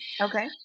Okay